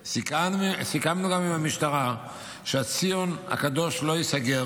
סיכמנו גם עם המשטרה שהציון הקדוש לא ייסגר.